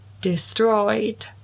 destroyed